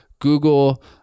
Google